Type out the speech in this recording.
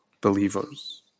believers